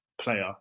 player